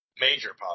Major